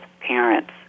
parents